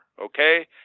okay